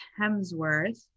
Hemsworth